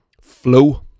flow